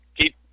keep